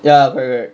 ya correct correct